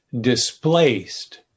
displaced